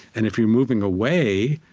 and if you're moving away,